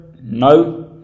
no